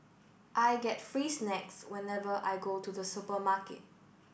I get free snacks whenever I go to the supermarket